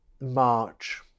March